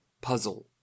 puzzle